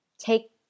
Take